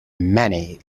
many